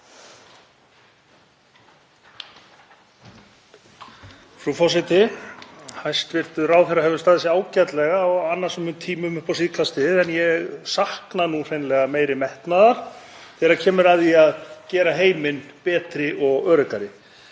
Frú forseti. Hæstv. ráðherra hefur staðið sig ágætlega á annasömum tímum upp á síðkastið en ég sakna hreinlega meiri metnaðar þegar kemur að því að gera heiminn betri og öruggari.